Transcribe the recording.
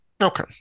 Okay